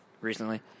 recently